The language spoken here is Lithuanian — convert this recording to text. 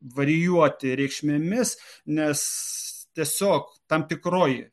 varijuoti reikšmėmis nes tiesiog tam tikroji